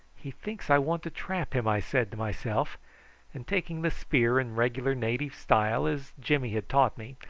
he thinks i want to trap him, i said to myself and taking the spear in regular native style as jimmy had taught me,